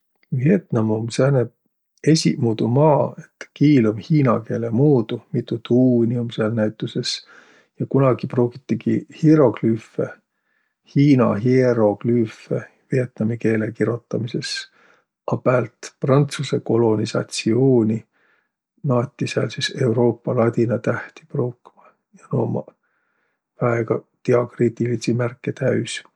Vietnam um sääne esiqmuudu maa, et kiil um hiina keele muudu. Mitu tuuni um sääl näütüses, ja kunagi pruugitigi hiroglüüfe, hiina hieroglüüfe vietnami keele kirotamisõs. A päält Prantsusõ kolonisatsiuuni naati sääl sis Euruupa ladina tähti pruukma ja nuuq ummaq väega diakriitiliidsi märke täüs.